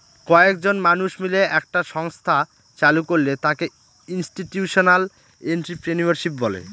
কয়েকজন মানুষ মিলে একটা সংস্থা চালু করলে তাকে ইনস্টিটিউশনাল এন্ট্রিপ্রেনিউরশিপ বলে